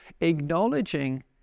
acknowledging